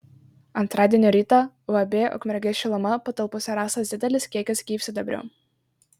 antradienio rytą uab ukmergės šiluma patalpose rastas didelis kiekis gyvsidabrio